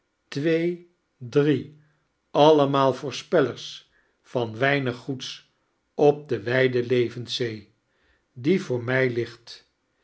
twee drie allemaal voorspellers van weinig goeds op de wijde leivenseee die voor mij ligt